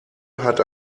hat